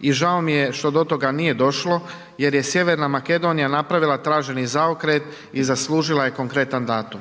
i žao mi je što do toga nije došlo jer je Sjeverna Makedonija napravila traženi zaokret i zaslužila je konkretan datum.